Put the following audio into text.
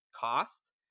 cost